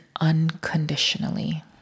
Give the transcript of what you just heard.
unconditionally